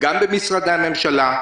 גם למשרדי הממשלה,